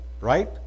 right